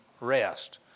rest